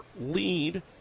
lead